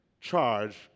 charge